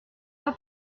pas